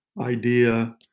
idea